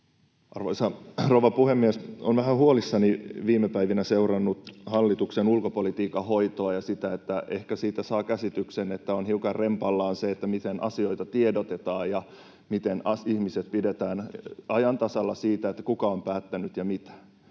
Arvoisa rouva puhemies! Olen vähän huolissani viime päivinä seurannut hallituksen ulkopolitiikan hoitoa ja sitä, että ehkä siitä saa käsityksen, että on hiukan rempallaan se, miten asioita tiedotetaan ja miten ihmiset pidetään ajan tasalla siitä, kuka on päättänyt ja mitä.